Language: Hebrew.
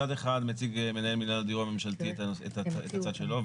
מצד אחד מציג מנהל מינהל הדיור הממשלתי את הצד שלו,